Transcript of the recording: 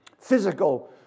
Physical